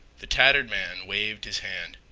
the tattered man waved his hand.